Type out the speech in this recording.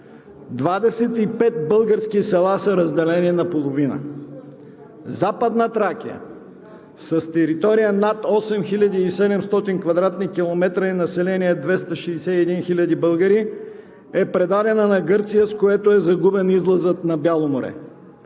пет български села са разделени наполовина. Западна Тракия с територия над 8700 кв. км и население 261 000 българи е предадена на Гърция, с което е загубен излазът на Бяло море.